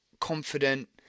confident